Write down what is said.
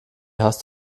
hast